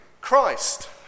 Christ